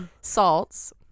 salts